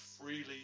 freely